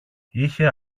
είχε